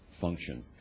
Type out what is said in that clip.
function